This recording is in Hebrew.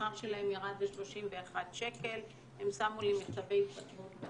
השכר שלהם ירד ל-31 שקל, הם שמו לי מכתבי התפטרות.